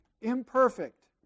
imperfect